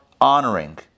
honoring